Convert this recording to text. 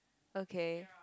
okay